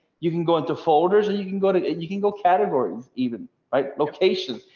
you can go into folders and you can go to and you can go categories, even right locations,